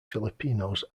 filipinos